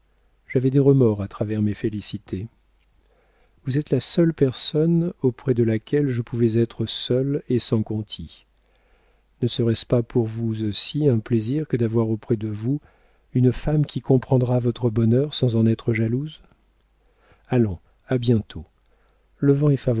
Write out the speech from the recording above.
j'avais des remords à travers mes félicités vous êtes la seule personne auprès de laquelle je pouvais être seule et sans conti ne sera-ce pas pour vous aussi un plaisir que d'avoir auprès de vous une femme qui comprendra votre bonheur sans en être jalouse allons à bientôt le vent est